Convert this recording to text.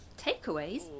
Takeaways